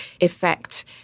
effect